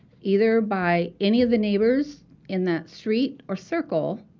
either by any of the neighbors in that street or circle,